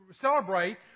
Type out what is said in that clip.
celebrate